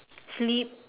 sleep